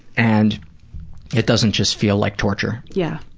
and it doesn't just feel like torture. yeah